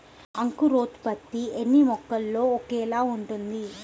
అంకురోత్పత్తి అన్నీ మొక్కల్లో ఒకేలా ఉంటుందా?